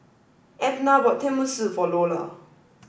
Edna bought Tenmusu for Lola